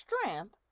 strength